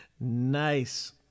Nice